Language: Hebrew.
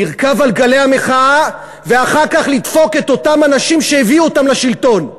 לרכוב על גלי המחאה ואחר כך לדפוק את אותם אנשים שהביאו אותן לשלטון.